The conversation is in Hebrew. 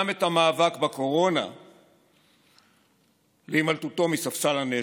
את המאבק בקורונה להימלטותו מספסל הנאשמים.